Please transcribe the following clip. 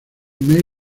mary